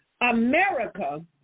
America